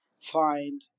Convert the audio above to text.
find